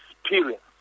experience